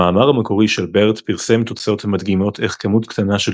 המאמר המקורי של BERT פרסם תוצאות המדגימות איך כמות קטנה של